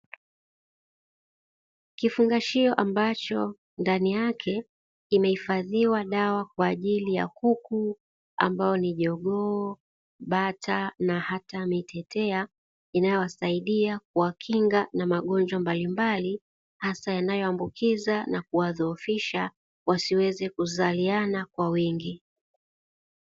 Kifungashio ambacho ndani yake imehifadhiwa dawa kwa ajili ya kuku ambao ni jogoo, bata na hata mitetea; inayowasaidia kuwakinga na magonjwa mbalimbali hasa yanayoambukiza na kuwadhoofisha wasiweze kuzaliana kwa wingi.